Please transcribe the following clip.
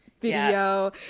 video